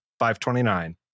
529